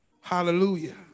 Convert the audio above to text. Hallelujah